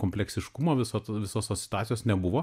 kompleksiškumo viso to visos situacijos nebuvo